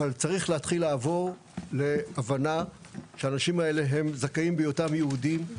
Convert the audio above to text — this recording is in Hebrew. אבל צריך להתחיל לעבור להבנה שהאנשים האלה הם זכאים בהיותם יהודים,